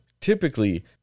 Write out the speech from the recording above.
typically